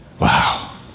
Wow